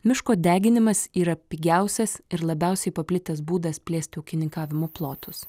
miško deginimas yra pigiausias ir labiausiai paplitęs būdas plėsti ūkininkavimo plotus